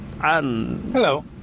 Hello